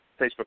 Facebook